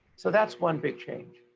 so that's one big change,